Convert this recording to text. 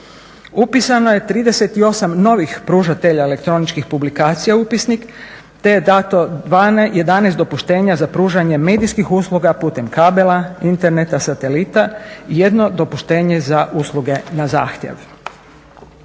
Upisano je 38 novih pružatelja elektroničkih publikacija u upisnik, te je dato 11 dopuštenja za pružanje medijskih usluga putem kabela, interneta, satelita i jedno dopuštenje za usluge na zahtjev.